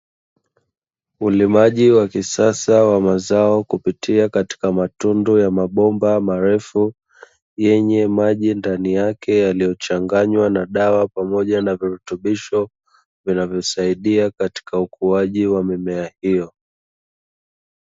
Ulimaji wa kisasa wa mazao kupitia katika matundu ya mabomba marefu yenye maji ndani yake, yaliyochanganywa na dawa pamoja na virutubisho vinavyosaidia katika ukuaji wa mimea hio.